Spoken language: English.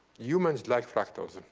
humans like fractals.